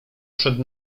przed